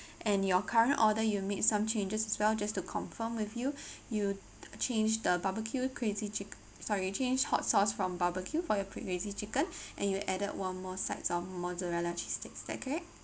and your current order you made some changes as well just to confirm with you you change the barbecue crazy chick sorry change hot sauce from barbecue for your crazy chicken and you added one more sides of mozzarella cheese sticks is that correct